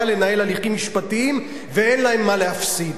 לנהל הליכים משפטיים ואין להם מה להפסיד.